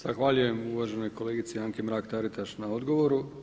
Zahvaljujem uvaženoj kolegici Anki Mrak-Taritaš na odgovoru.